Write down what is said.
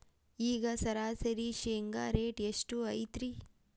ಈಗ ಸರಾಸರಿ ಶೇಂಗಾ ರೇಟ್ ಎಷ್ಟು ಐತ್ರಿ?